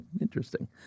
Interesting